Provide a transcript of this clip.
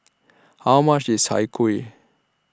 How much IS Chai Kueh